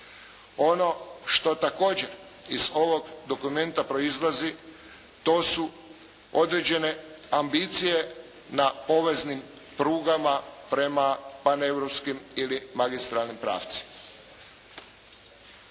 Ono što također iz ovog dokumenta proizlazi to su određene ambicije na poveznim prugama prema paneuropskim ili magistralnim pravcima.